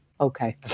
Okay